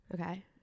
Okay